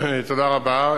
תודה רבה.